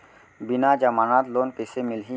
बिना जमानत लोन कइसे मिलही?